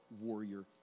warrior